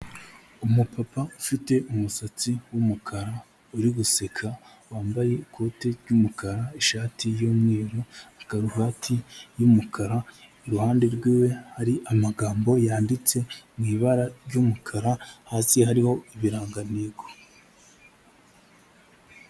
Umupapa ufite umusatsi w'umukara uri guseka wambaye ikote ry'umukara ishati y'umweru na karuvati y'umukara, iruhande rwiwe hari amagambo yanditse mu ibara ry'umukara, hasi hariho ibirangantego.